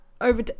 over